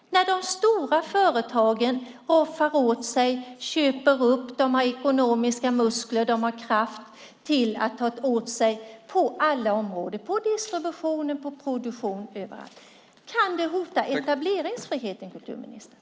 De stora företagen roffar åt sig och köper upp. De har ekonomiska muskler. De har kraft att ta för sig på alla områden. Det gäller distributionen och produktionen överallt. Kan det hota etableringsfriheten, kulturministern?